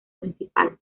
principal